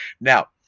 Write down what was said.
Now